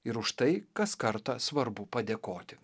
ir už tai kas kartą svarbu padėkoti